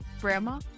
grandma